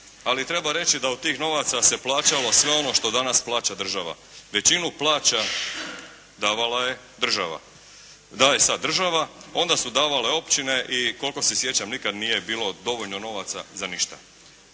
ali treba reći da od tih novaca se plaćalo sve ono što danas plaća država. Većinu plaća, davala je država. Daje sada država, onda su davale općine i koliko se sjećam nikada nije bilo dovoljno novaca za ništa.